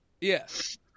Yes